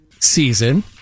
season